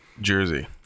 jersey